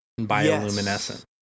bioluminescent